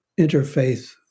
interfaith